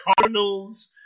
Cardinals